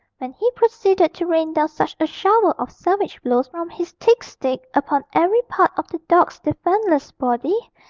when he proceeded to rain down such a shower of savage blows from his thick stick upon every part of the dog's defenceless body,